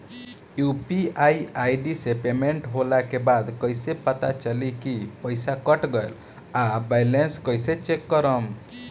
UPI ID से payment होला के बाद कइसे पता चली की पईसा कट गएल आ बैलेंस कइसे चेक करम?